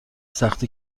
سختی